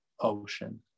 ocean